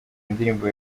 indirimbo